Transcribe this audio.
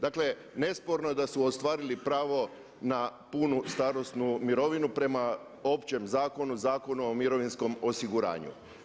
Dakle nesporno je da su ostvarili pravo na punu starosnu mirovinu prema općem zakonu, Zakonu o mirovinskom osiguranju.